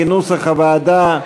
כנוסח הוועדה.